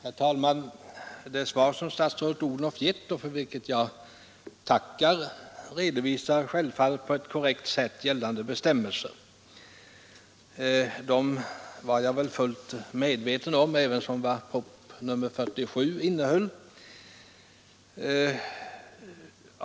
Herr talman! Det svar som statsrådet Odhnoff gett, och för vilket jag tackar, redovisar självfallet på ett korrekt sätt gällande bestämmelser. Dem var jag väl fullt medveten om, ävensom vad proposition nr 47 innehöll.